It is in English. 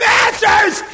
Masters